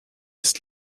ist